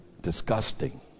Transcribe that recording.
disgusting